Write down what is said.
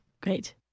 Great